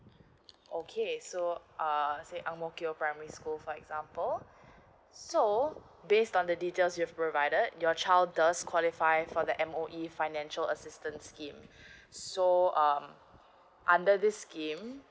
okay so uh okay say ang mo kio primary school for example so based on the details you've provided your child does qualify for the M_O_E financial assistance scheme so err under this scheme